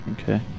okay